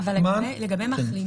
השאלה היא לגבי מחלימים.